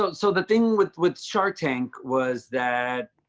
so so the thing with with shark tank was that,